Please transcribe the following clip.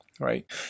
right